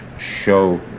show